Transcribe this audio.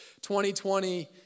2020